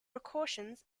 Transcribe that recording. precautions